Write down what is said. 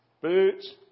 boots